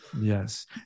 Yes